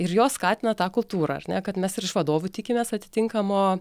ir jos skatina tą kultūrą ar ne kad mes ir iš vadovų tikimės atitinkamo